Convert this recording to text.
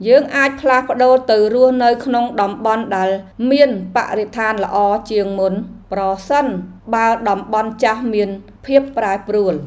យើងអាចផ្លាស់ប្តូរទៅរស់នៅក្នុងតំបន់ដែលមានបរិស្ថានល្អជាងមុន ប្រសិនបើតំបន់ចាស់មានភាពប្រែប្រួល។